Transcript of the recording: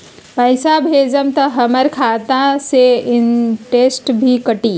पैसा भेजम त हमर खाता से इनटेशट भी कटी?